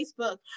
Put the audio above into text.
Facebook